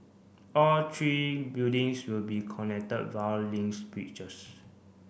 all three buildings will be connected via links bridges